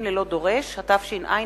לפינוי מוקשים, התש"ע 2010,